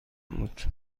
بود